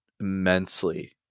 immensely